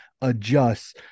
adjusts